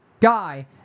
guy